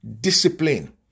Discipline